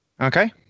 Okay